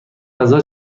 غذا